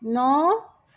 ন